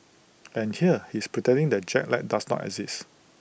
and here he is pretending that jet lag does not exist